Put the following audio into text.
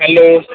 hello